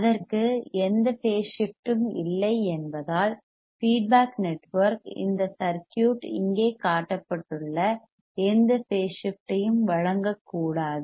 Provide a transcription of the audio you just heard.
அதற்கு எந்த பேஸ் ஷிப்ட்டும் இல்லை என்பதால் ஃபீட்பேக் நெட்வொர்க் இந்த சர்க்யூட் இங்கே காட்டப்பட்டுள்ள எந்த பேஸ் ஷிப்ட் ஐயும் வழங்கக்கூடாது